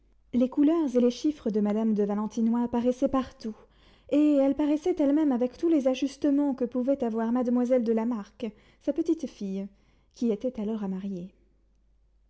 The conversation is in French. les couleurs et les chiffres de madame de valentinois paraissaient partout et elle paraissait elle-même avec tous les ajustements que pouvait avoir mademoiselle de la marck sa petite-fille qui était alors à marier